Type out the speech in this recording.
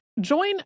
Join